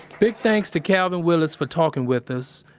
big thanks to calvin willis for talking with us,